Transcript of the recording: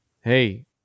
Hey